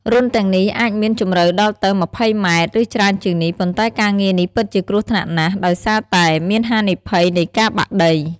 រន្ធទាំងនេះអាចមានជម្រៅដល់ទៅ ម្ភៃម៉ែត្រ ឬច្រើនជាងនេះ ប៉ុន្តែការងារនេះពិតជាគ្រោះថ្នាក់ណាស់ ដោយសារតែមានហានិភ័យនៃការបាក់ដី។